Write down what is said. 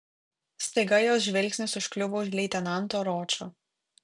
staiga jos žvilgsnis užkliuvo už leitenanto ročo